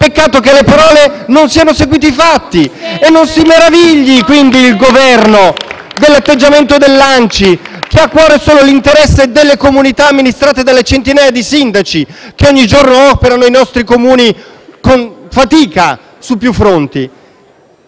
Peccato che alle parole non siano seguiti i fatti. *(Applausi dal Gruppo PD)*. Non si meravigli quindi il Governo dell'atteggiamento dell'ANCI, che ha a cuore solo l'interesse delle comunità amministrate dalle centinaia di sindaci che ogni giorno operano nei nostri Comuni con fatica su più fronti.